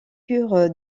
cure